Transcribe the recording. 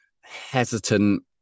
hesitant